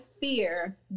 fear